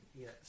Yes